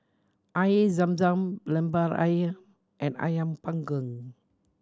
Air Zam Zam Lemper Ayam and Ayam Panggang